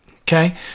Okay